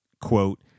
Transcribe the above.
quote